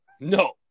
no